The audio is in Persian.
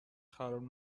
خراب